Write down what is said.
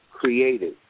created